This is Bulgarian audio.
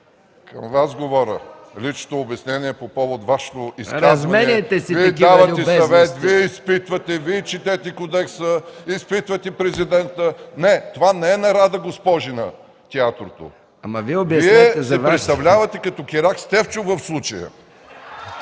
На Вас говоря, лично обяснение по повод Вашето изказване. Вие давате съвети, Вие изпитвате, Вие четете кодекса, изпитвате президента. Не, това не е на „Рада госпожина” театрото. В случая Вие се представлявате като „Киряк Стефчо”.